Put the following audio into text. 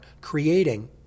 creating